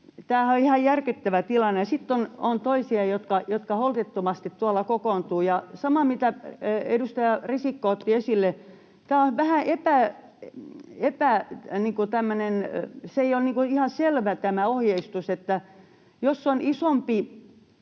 Tämähän on ihan järkyttävä tilanne. Ja sitten on toisia, jotka holtittomasti tuolla kokoontuvat. Ja sama, mitä edustaja Risikko otti esille: Tämä ohjeistus ei ole ihan selvä, että jos on isompi